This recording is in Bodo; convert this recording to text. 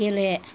गेले